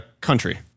Country